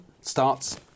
starts